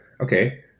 okay